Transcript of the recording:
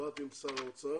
דיברתי עם שר האוצר,